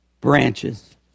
branches